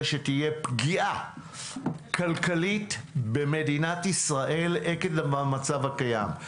שתהיה פגיעה כלכלית במדינת ישראל עקב המצב הקיים.